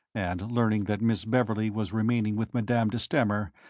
and learning that miss beverley was remaining with madame de stamer,